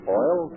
oil